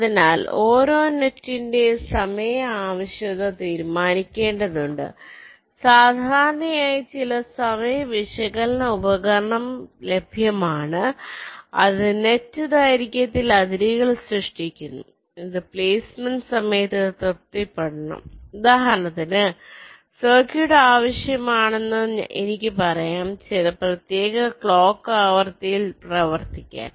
അതിനാൽ ഓരോ നെറ്റിന്റേയും സമയ ആവശ്യകത തീരുമാനിക്കേണ്ടതുണ്ട് സാധാരണയായി ചില സമയ വിശകലന ഉപകരണം ലഭ്യമാണ് അത് നെറ്റ് ദൈർഘ്യത്തിൽ അതിരുകൾ സൃഷ്ടിക്കുന്നു അത് പ്ലേസ്മെന്റ് സമയത്ത് തൃപ്തിപ്പെടണം ഉദാഹരണത്തിന് സർക്യൂട്ട് ആവശ്യമാണെന്ന് എനിക്ക് പറയാം ചില പ്രത്യേക ക്ലോക്ക് ആവൃത്തിയിൽ പ്രവർത്തിക്കാൻ